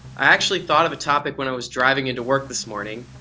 i actually thought of a topic when i was driving into work this morning.